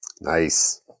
Nice